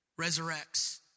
resurrects